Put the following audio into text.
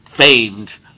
famed